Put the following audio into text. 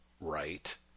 right